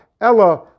Ella